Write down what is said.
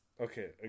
Okay